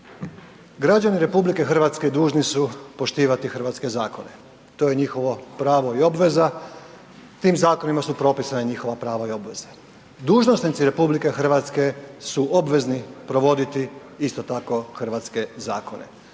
građani RH dužni su poštivati hrvatske zakone, to je njihovo pravo i obveza, tim zakonima su propisna njihova prava i obveze. Dužnosnici RH su obvezni provoditi isto tako hrvatske zakone,